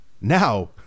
now